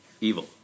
Evil